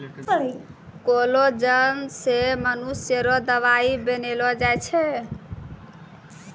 collagen से मनुष्य रो दवाई बनैलो जाय छै